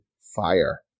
fire